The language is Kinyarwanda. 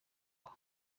aho